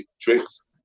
tricks